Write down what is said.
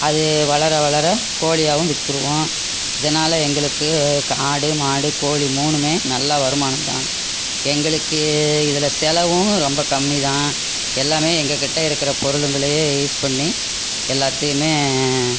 அது வளர வளர கோழியாகவும் விற்ருவோம் இதனால் எங்களுக்கு ஆடு மாடு கோழி மூணுமே நல்ல வருமானம்தான் எங்களுக்கு இதில் செலவும் ரொம்ப கம்மி தான் எல்லாமே எங்கள்கிட்ட இருக்கிற பொருளுங்களே யூஸ் பண்ணி எல்லாத்தையுமே